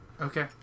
Okay